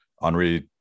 Henri